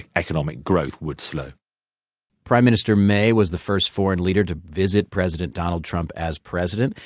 economic growth would slow prime minister may was the first foreign leader to visit president donald trump as president.